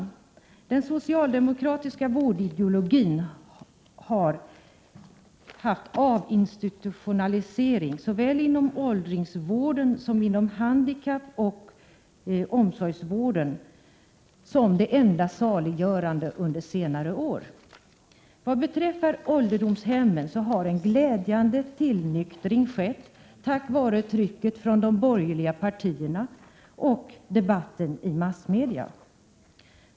I den socialdemokratiska vårdideologin har avinstitutionaliseringen såväl inom åldringsvården som inom handikappoch omsorgsvården varit det enda saliggörande under senare år. Vad beträffar ålderdomshemmen har en glädjande tillnyktring skett tack vare trycket från de borgerliga partierna och debatten i massmedia.